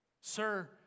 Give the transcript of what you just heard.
Sir